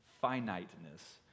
finiteness